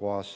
Gaos.